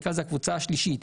הקבוצה השלישית,